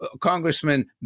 Congressman